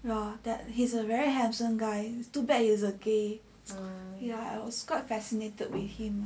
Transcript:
ya that he's a very handsome guy too bad he is a gay ya I was so fascinated with him